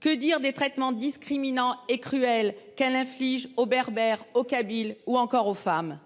Que dire des traitements discriminatoires et cruels qu’elle inflige aux Berbères, aux Kabyles, ou encore aux femmes ?